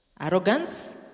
Arrogance